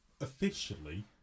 Officially